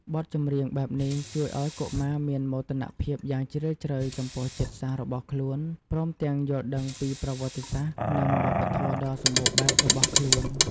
បទចម្រៀងបែបនេះជួយឲ្យកុមារមានមោទនភាពយ៉ាងជ្រាលជ្រៅចំពោះជាតិសាសន៍របស់ខ្លួន ព្រមទាំងយល់ដឹងពីប្រវត្តិសាស្ត្រ និងវប្បធម៌ដ៏សម្បូរបែបរបស់ខ្លួន។